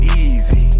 easy